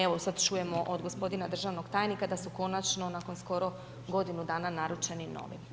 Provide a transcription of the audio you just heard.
Evo, sada čujemo od gospodina državnog tajnika, da su konačno, nakon godinu dana naručeni novi.